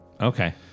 Okay